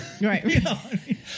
Right